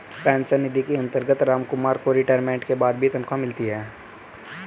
pension निधि के अंतर्गत रामकुमार को रिटायरमेंट के बाद भी तनख्वाह मिलती